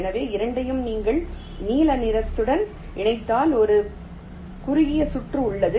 எனவே இரண்டையும் நீங்கள் நீல நிறத்துடன் இணைத்தால் ஒரு குறுகிய சுற்று உள்ளது